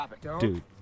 Dude